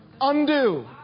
undo